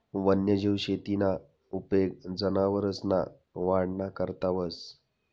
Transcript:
वन्यजीव शेतीना उपेग जनावरसना वाढना करता व्हस